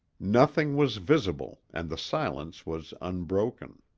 nothing was visible and the silence was unbroken.